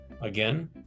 again